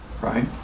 right